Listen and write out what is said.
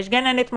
יש גננת מחליפה.